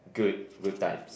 good good times